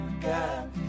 God